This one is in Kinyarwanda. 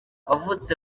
wavutse